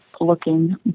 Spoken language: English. looking